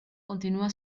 continua